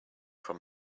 from